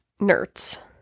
Nerds